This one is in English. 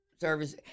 Service